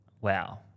Wow